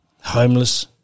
homeless